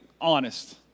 honest